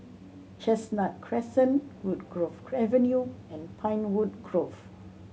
Chestnut Crescent Woodgrove Avenue and Pinewood Grove